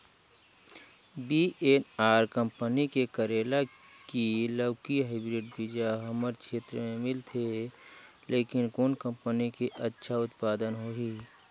VNR company के करेला की लौकी हाईब्रिड बीजा हमर क्षेत्र मे मिलथे, लेकिन कौन कंपनी के अच्छा उत्पादन होही?